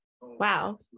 wow